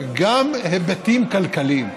היבטים כלכליים.